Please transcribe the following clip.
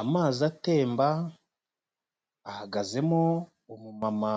Amazi atemba, hahagazemo umumama